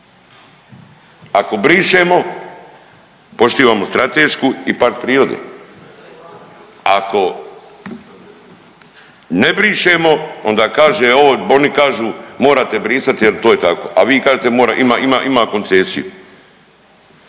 Ako brišemo poštivamo stratešku i park prirode, a ako ne brišemo onda kaže on, oni kažu morate brisat jer to je tako, a vi kažete mora, ima,